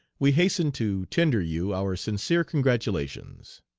we hasten to tender you our sincere congratulations.